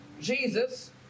Jesus